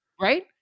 Right